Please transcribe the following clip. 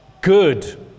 good